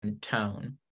tone